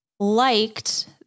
Liked